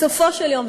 בסופו של יום,